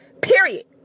Period